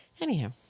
anyhow